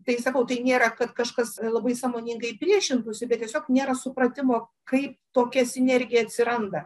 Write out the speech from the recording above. tai sakau tai nėra kad kažkas labai sąmoningai priešintųsi bet tiesiog nėra supratimo kaip tokia sinergija atsiranda